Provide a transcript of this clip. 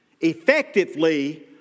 effectively